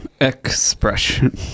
expression